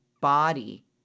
body